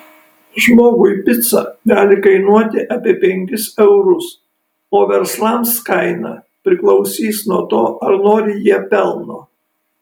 žmogui pica gali kainuoti apie penkis eurus o verslams kaina priklausys nuo to ar nori jie pelno